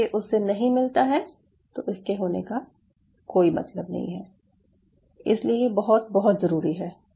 अगर ये उससे नहीं मिलता है तो इसके होने का कोई मतलब नहीं है इसलिए ये बहुत बहुत ज़रूरी है